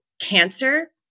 cancer